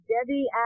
Debbie